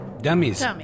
Dummies